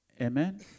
Amen